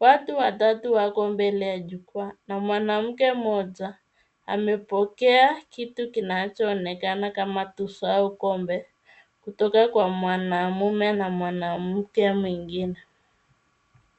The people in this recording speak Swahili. Watu watatu wako mbele ya jukwaa na mwanamke mmoja amepokea kitu kinachoonekana kama tuzo au kombe kutoka kwa mwanamume na mwanamke mwingine.